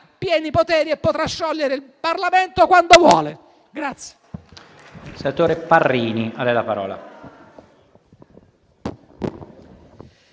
pieni poteri e potrà sciogliere il Parlamento quando vuole.